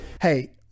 Hey